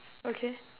okay